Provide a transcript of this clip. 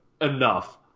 enough